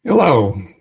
Hello